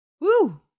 Woo